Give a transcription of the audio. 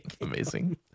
amazing